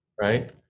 right